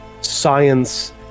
science